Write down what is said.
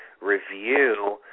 review